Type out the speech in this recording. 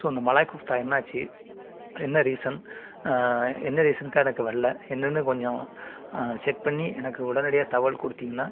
so அந்த மலாய் குஃப்த்தா என்னாச்சு என்ன ரீசன் என்ன ரீசன்க்காக எனக்கு வரல என்னென்னு கொஞ்சம் செக் பண்ணி எனக்கு உடனடியாக தகவல் கொடுத்தீங்கனா